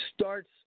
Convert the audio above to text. starts